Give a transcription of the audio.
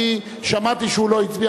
ושמעתי שהוא לא הצביע.